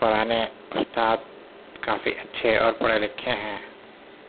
پرانے اسٹاف کافی اچھے اور پڑھے لکھے ہیں